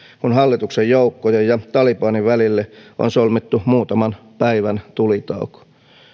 kun hallituksen joukkojen ja talibanin välille on solmittu muutaman päivän tulitauko